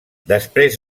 després